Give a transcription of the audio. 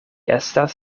estas